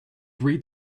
three